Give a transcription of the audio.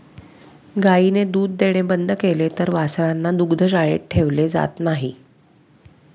गायीने दूध देणे बंद केले तर वासरांना दुग्धशाळेत ठेवले जात नाही